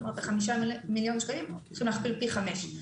זאת אומרת ש-5 מיליון שקלים הולכים להכפיל פי חמש.